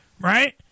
Right